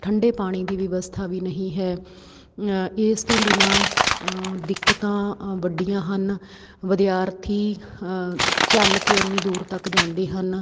ਠੰਢੇ ਪਾਣੀ ਦੀ ਵਿਵਸਥਾ ਵੀ ਨਹੀਂ ਹੈ ਇਸ ਤੋਂ ਬਿਨਾਂ ਦਿੱਕਤਾਂ ਅ ਵੱਡੀਆਂ ਹਨ ਵਿਦਿਆਰਥੀ ਚੱਲ ਕੇ ਇੰਨੀ ਦੂਰ ਤੱਕ ਜਾਂਦੇ ਹਨ